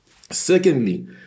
Secondly